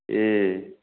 ए